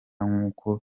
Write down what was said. nk’uko